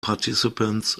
participants